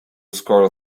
scroll